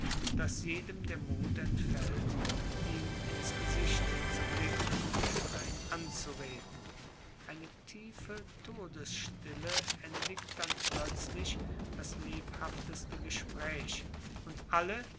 daß jedem der mut entfällt ihm ins gesicht zu blicken oder ihn anzureden eine tiefe todesstille endigt dann plötzlich das lebhafteste gespräch und alle